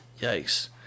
yikes